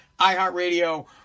iHeartRadio